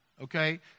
okay